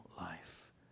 life